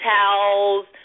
towels